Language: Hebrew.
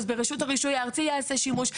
אז ברשות הרישוי הארצית ייעשה בזה שימוש.